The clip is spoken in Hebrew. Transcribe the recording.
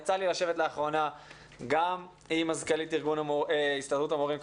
יצא לי לשבת לאחרונה גם עם מזכ"לית הסתדרות המורים,